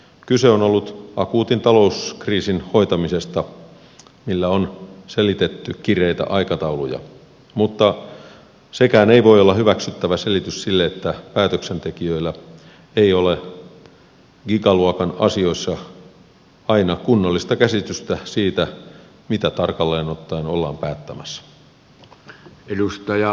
kyse on ollut akuutin talouskriisin hoitamisesta millä on selitetty kireitä aikatauluja mutta sekään ei voi olla hyväksyttävä selitys sille että päätöksentekijöillä ei ole gigaluokan asioissa aina kunnollista käsitystä siitä mitä tarkalleen ottaen ollaan päättämässä